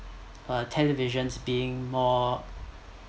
uh televisions being more